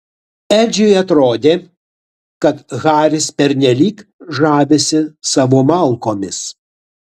edžiui atrodė kad haris pernelyg žavisi savo malkomis